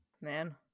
man